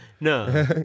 no